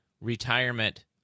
retirement